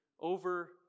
over